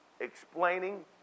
explaining